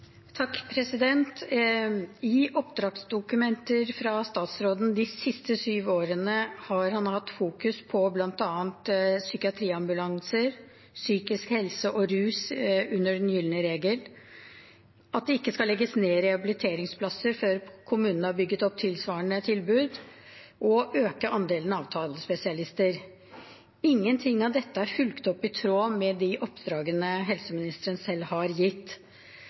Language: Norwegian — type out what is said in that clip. I oppdragsdokumenter fra statsråden de siste syv årene har han fokusert på bl.a. psykiatriambulanser, psykisk helse og rus under «den gylne regel», at det ikke skal legges ned rehabiliteringsplasser før kommunen har bygget opp tilsvarende tilbud, og å øke andelen avtalespesialister. Ingenting av dette er fulgt opp i tråd med de oppdragene helseministeren selv har gitt.